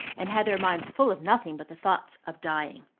and had their minds full of nothing but the thoughts of dying.